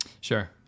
Sure